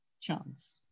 chance